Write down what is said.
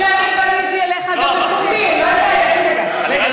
שאני פניתי אליך בפומבי אני רק שואל,